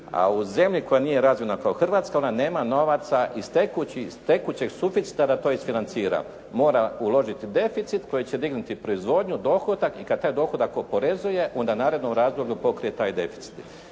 A u zemlji koja nije razvijena kao Hrvatska, ona nema novaca iz tekućeg suficita da to isfinancira. Mora uložiti deficit koji će dignuti proizvodnju, dohodak i kad taj dohodak oporezuje, onda u narednom razdoblju pokrije taj deficit.